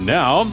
now